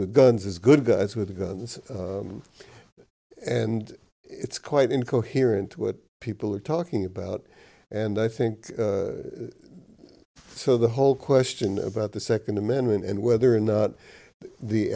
with guns is good guys with guns and it's quite incoherent what people are talking about and i think so the whole question about the second amendment and whether or not the